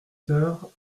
tinrent